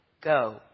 Go